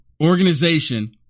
organization